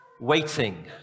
waiting